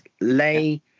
Lay